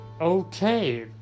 Okay